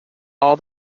all